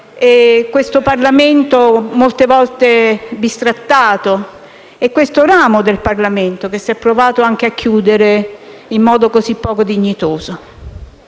e questo Parlamento, molte volte bistrattato, e questo ramo del Parlamento, che si è provato anche a chiudere in modo così poco dignitoso.